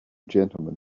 gentlemen